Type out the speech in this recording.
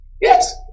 Yes